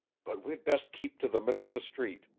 but we'd best keep to the middle of the street.